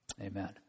Amen